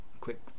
quick